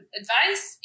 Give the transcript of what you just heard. advice